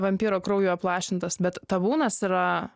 vampyro krauju aplašintas bet tabūnas yra